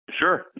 Sure